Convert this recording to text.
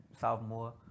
sophomore